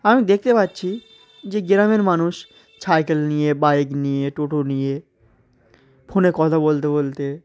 আমি দেখতে পাচ্ছি যে গ্রামের মানুষ সাইকেল নিয়ে বাইক নিয়ে টোটো নিয়ে ফোনে কথা বলতে বলতে